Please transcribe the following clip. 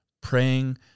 praying